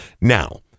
Now